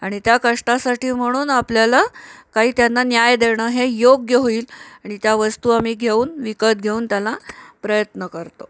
आणि त्या कष्टासाठी म्हणून आपल्याला काही त्यांना न्याय देणं हे योग्य होईल आणि त्या वस्तू आम्ही घेऊन विकत घेऊन त्याला प्रयत्न करतो